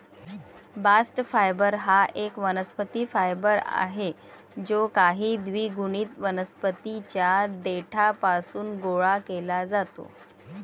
bast fibre हा एक वनस्पती फायबर आहे जो काही द्विगुणित वनस्पतीं च्या देठापासून गोळा केला जातो